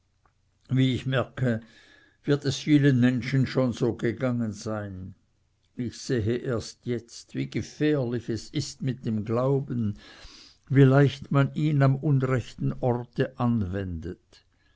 wie ich merke wird es vielen menschen schon so gegangen sein ich sehe erst jetzt wie gefährlich es ist mit dem glauben wie leicht man ihn am unrechten orte anwendet